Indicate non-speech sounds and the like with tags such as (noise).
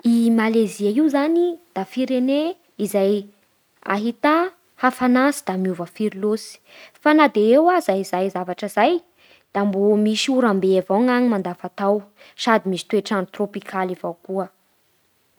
I Malezia io zany da firene izay (hesitation) ahità hafanà tsy da miova firy loatsy. Fa na dia eo aza izay zavatra izay da mbô misy oram-be avao ny agny mandavatao sady misy toetr'andro trôpikaly avao koa.